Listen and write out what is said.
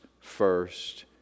first